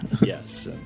Yes